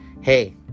hey